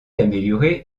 améliorer